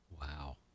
Wow